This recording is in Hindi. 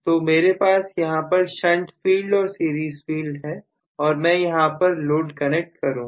तो मेरे पास यहां पर शंट फील्ड और सीरीज फील्ड है और मैं यहां पर लोड कनेक्ट करूंगा